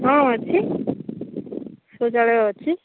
ହଁ ଅଛି ଶୌଚାଳୟ ଅଛି